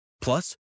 Plus